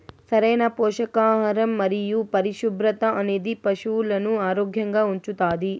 సరైన పోషకాహారం మరియు పరిశుభ్రత అనేది పశువులను ఆరోగ్యంగా ఉంచుతాది